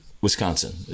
Wisconsin